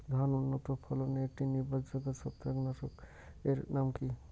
ধান উন্নত ফলনে একটি নির্ভরযোগ্য ছত্রাকনাশক এর নাম কি?